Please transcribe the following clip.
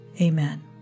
Amen